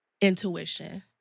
intuition